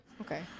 Okay